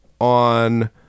on